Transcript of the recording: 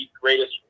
greatest